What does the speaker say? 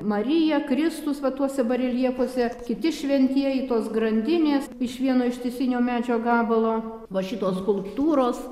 marija kristus va tuose bareljefuose kiti šventieji tos grandinės iš vieno ištisinio medžio gabalo va šitos skulptūros